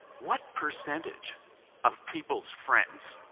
what percentage of people's friends